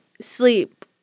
sleep